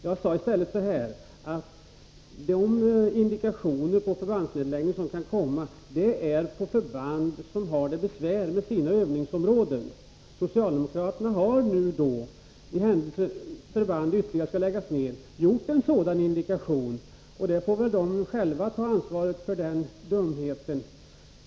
Jag sade i stället att de indikationer på förbandsnedläggning som kan komma gäller förband som har det besvärligt när det gäller övningsområden. Socialdemokraterna har då i händelse av att ytterligare förband måste läggas ned gjort en sådan indikation. Socialdemokraterna får väl själva ta ansvaret för den dumheten.